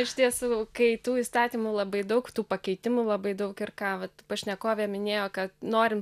iš tiesų kai tų įstatymų labai daug tų pakeitimų labai daug ir ką vat pašnekovė minėjo kad norint